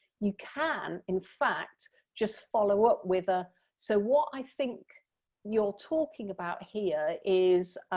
you can in fact just follow up with a so what i think you're talking about here is